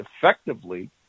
effectively